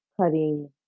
cutting